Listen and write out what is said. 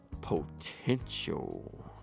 Potential